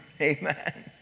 amen